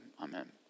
Amen